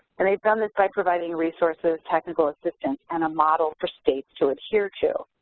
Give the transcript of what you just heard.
and they've done this by providing resources, technical assistance and a model for states to adhere to.